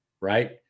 right